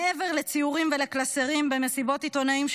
מעבר לציורים ולקלסרים במסיבות עיתונאים,